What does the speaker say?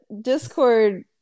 Discord